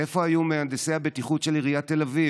איפה היו מהנדסי הבטיחות של עיריית תל אביב?